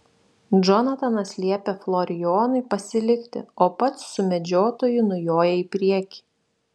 džonatanas liepia florijonui pasilikti o pats su medžiotoju nujoja į priekį